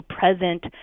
present